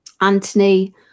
Anthony